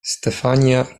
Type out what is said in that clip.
stefania